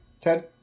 Ted